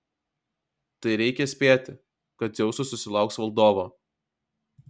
tai reikia spėti kad dzeusas susilauks valdovo